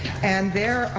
and there,